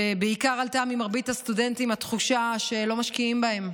ובעיקר עלתה ממרבית הסטודנטים התחושה שלא משקיעים בהם,